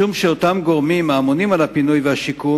משום שאותם גורמים האמונים על הפינוי והשיקום